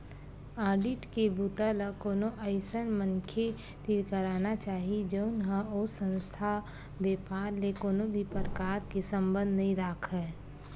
audit के बूता ल कोनो अइसन मनखे तीर कराना चाही जउन ह ओ संस्था, बेपार ले कोनो भी परकार के संबंध नइ राखय